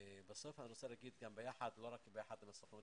בסוף אני רוצה לומר שלא רק ביחד עם הסוכנות